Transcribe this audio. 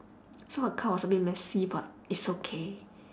so her car was a bit messy but it's okay